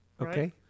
Okay